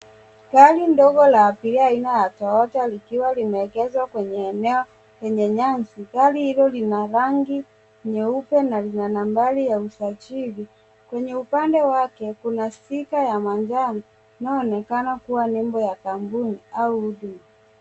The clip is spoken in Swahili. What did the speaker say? Gari ndogo la abiria aina ya Toyota likiwa limeegezwa kwenye eneo lenye nyasi. Gari hilo lina rangi nyeupe na lina nambari ya usajili. Kwenye upande wake kuna sticker ya manjano inayoonekana kuwa nembo ya kampuni au huduma.